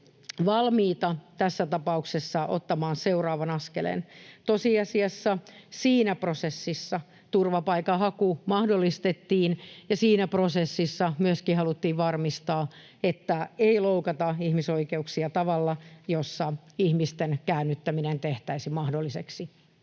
valmiita tässä tapauksessa ottamaan seuraavan askeleen. Tosiasiassa siinä prosessissa turvapaikanhaku mahdollistettiin ja siinä prosessissa myöskin haluttiin varmistaa, että ei loukata ihmisoikeuksia tavalla, jolla ihmisten käännyttäminen tehtäisiin mahdolliseksi.